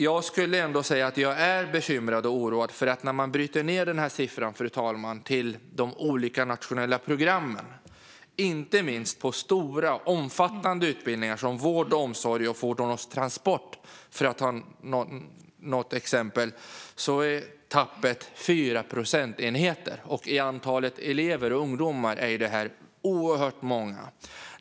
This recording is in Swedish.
Jag skulle ändå säga att jag är bekymrad och oroad, fru talman. När man bryter ned dessa siffror till de olika nationella programmen - inte minst när det gäller stora, omfattande utbildningar som vård och omsorg och fordon och transport, för att ta ett par exempel - är tappet 4 procentenheter. Räknat i antal elever och ungdomar är detta oerhört många.